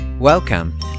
Welcome